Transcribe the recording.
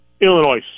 Illinois